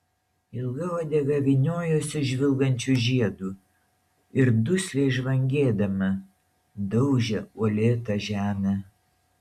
ilga uodega vyniojosi žvilgančiu žiedu ir dusliai žvangėdama daužė uolėtą žemę